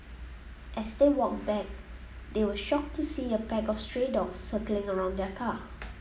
as they walked back they were shocked to see a pack of stray dogs circling around their car